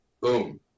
boom